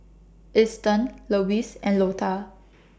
Easton Lewis and Lotta